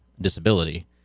disability